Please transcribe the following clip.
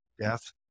Death